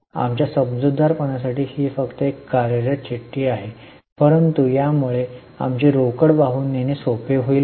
आमच्या समजूतदारपणासाठी ही फक्त एक कार्यरत चिठ्ठी आहे परंतु यामुळे आमची रोकड वाहून नेणे सोपे होईल काय